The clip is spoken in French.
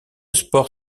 sport